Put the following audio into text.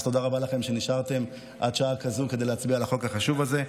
אז תודה רבה לכם שנשארתם עד שעה כזאת כדי להצביע על החוק החשוב הזה.